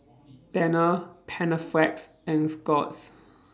Tena Panaflex and Scott's